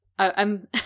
I'm-